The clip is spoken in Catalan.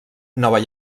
nova